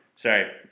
sorry